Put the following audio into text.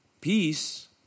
Peace